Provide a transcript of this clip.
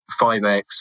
5x